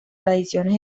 tradiciones